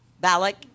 Balak